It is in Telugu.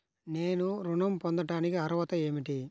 నేను ఋణం పొందటానికి అర్హత ఏమిటి?